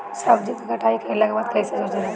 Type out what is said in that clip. सब्जी क कटाई कईला के बाद में कईसे सुरक्षित रखीं?